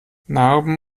narben